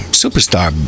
superstar